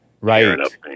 right